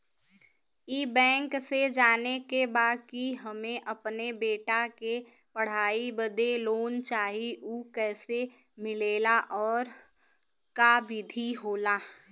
ई बैंक से जाने के बा की हमे अपने बेटा के पढ़ाई बदे लोन चाही ऊ कैसे मिलेला और का विधि होला?